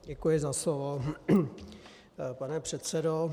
Děkuji za slovo, pane předsedo.